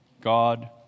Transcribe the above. God